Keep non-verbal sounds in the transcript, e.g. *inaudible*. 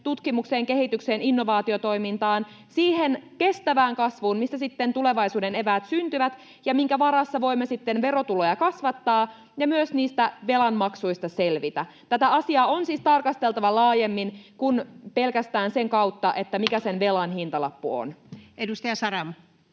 tutkimukseen, kehitykseen, innovaatiotoimintaan — siihen kestävään kasvuun, mistä sitten tulevaisuuden eväät syntyvät ja minkä varassa voimme sitten verotuloja kasvattaa ja myös niistä velanmaksuista selvitä. Tätä asiaa on siis tarkasteltava laajemmin kuin pelkästään sen kautta, *noise* mikä sen velan hintalappu on. [Speech